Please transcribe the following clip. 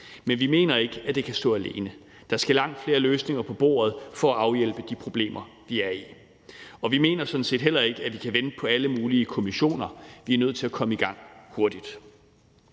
Men vi mener ikke, at det kan stå alene. Der skal langt flere løsninger på bordet for at afhjælpe de problemer, vi er i. Og vi mener sådan set heller ikke, at vi kan vente på alle mulige kommissioner, men at vi er nødt til at komme i gang hurtigt.